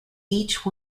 each